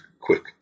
quick